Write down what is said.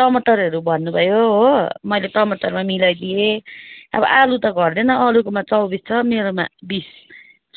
टमाटरहरू भन्नुभयो हो मैले टमाटरमा मिलाइदिएँ अब आलु त घट्दैन अरूकोमा चौबिस छ मेरोमा बिस